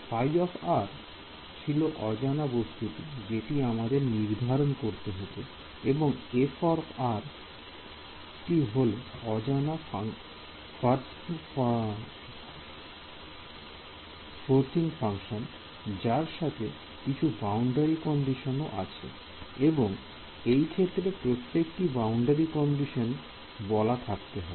ϕ ছিল অজানা বস্তুটি জেটি আমাদের নির্ধারণ করতে হতো এবং f টি হল অজানা ফর্সিং ফাংশন যার সাথে কিছু বাউন্ডারি কন্ডিশন ও আছে এবং এই ক্ষেত্রে প্রত্যেকটি বাউন্ডারি কন্ডিশন বলা থাকতে হবে